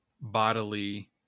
bodily